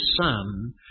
Son